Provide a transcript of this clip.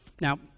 now